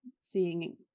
seeing